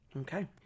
Okay